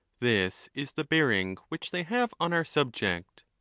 this is the bearing which they have on our subject.